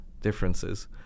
differences